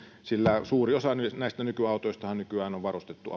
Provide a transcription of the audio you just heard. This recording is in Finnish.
sillä suuri osa näistä nykyautoistahan on varustettu